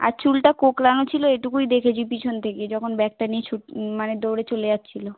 আর চুলটা কোঁকড়ানো ছিলো এটুকুই দেখেছি পিছন থিকে যখন ব্যাগটা নিয়ে ছুট মানে দৌড়ে চলে যাচ্ছিলো